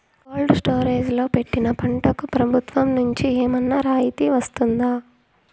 Cold storage లో పెట్టిన పంటకు ప్రభుత్వం నుంచి ఏమన్నా రాయితీ వస్తుందా?